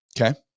okay